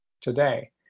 today